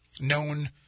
known